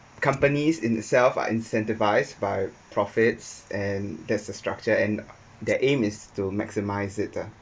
companies in the self are incentivise by profits and there's a structure and their aim is to maximise it ah